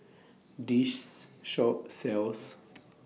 This Shop sells